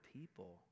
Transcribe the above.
people